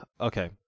okay